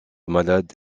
malade